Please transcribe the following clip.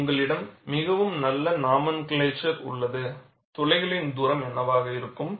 உங்களிடம் மிகவும் நல்ல நாமன்க்ளெச்சர் உள்ளது துளைகளின் தூரம் என்னவாக இருக்க வேண்டும்